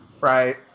right